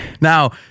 Now